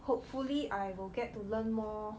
hopefully I will get to learn more